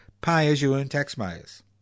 pay-as-you-earn-taxpayers